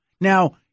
Now –